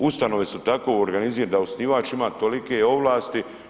Ustanove su tako organizirane da osnivač ima tolike ovlasti.